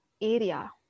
area